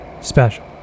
special